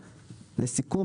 "לסיכום,